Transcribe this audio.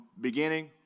beginning